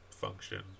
function